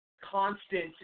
constant